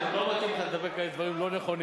אני מוכן לתת, אבל יש לך מנגנון יותר טוב.